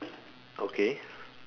okay